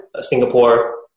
Singapore